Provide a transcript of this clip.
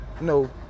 no